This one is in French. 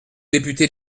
députés